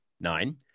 Nine